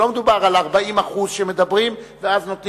שלא מדובר על ה-40% המדוברים שנותנים